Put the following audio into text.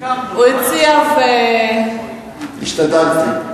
הוא הציע, השתדלתי.